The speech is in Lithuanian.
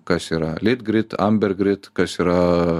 kas yra litgrit ambergrit kas yra